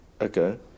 Okay